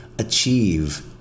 achieve